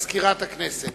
מזכיר הכנסת.